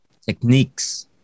techniques